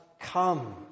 come